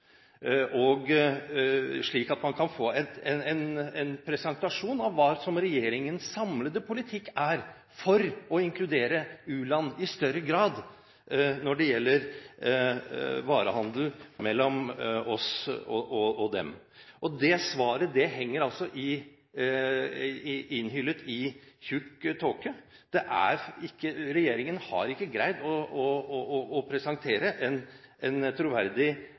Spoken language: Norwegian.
banen, slik at man kan få en presentasjon av hva regjeringens samlede politikk er for å inkludere u-land i større grad når det gjelder varehandel mellom oss og dem. Det svaret er innhyllet i tjukk tåke. Regjeringen har ikke greid å presentere en troverdig forklaring på hva det er som er grunnen til at regjeringen er så restriktiv når det gjelder import av matvarer fra en